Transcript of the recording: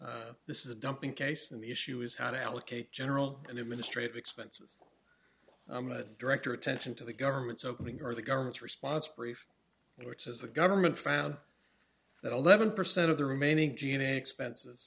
are this is a dumping case and the issue is how to allocate general and administrative expenses director attention to the government's opening or the government's response brief which is the government found that eleven percent of the remaining g n a t expenses